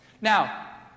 Now